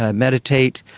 ah meditate,